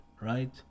right